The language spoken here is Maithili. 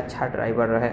अच्छा ड्राइवर रहै